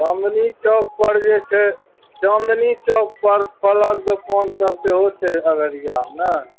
चाँदनी चौकपर जे छै चाँदनी चौकपर फलके दोकान सब सेहो छै अररियामे ने